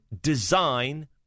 design